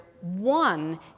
one